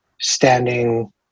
standing